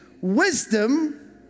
wisdom